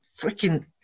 freaking